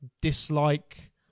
dislike